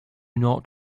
not